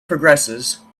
progresses